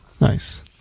Nice